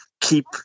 Keep